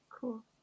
Cool